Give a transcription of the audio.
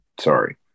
Sorry